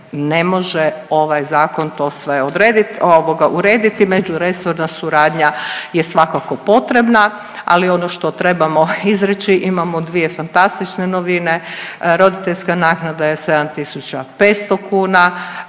ne može ovaj zakon to sve odrediti ovoga urediti. Međuresorna suradnja je svakako potrebna, ali ono što trebamo izreći imamo dvije fantastične novine, roditeljska naknada je 7.500 kuna